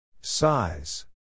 Size